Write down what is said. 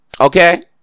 Okay